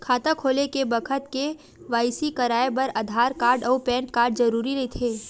खाता खोले के बखत के.वाइ.सी कराये बर आधार कार्ड अउ पैन कार्ड जरुरी रहिथे